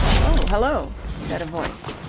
oh, hullo, said a voice.